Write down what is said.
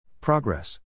Progress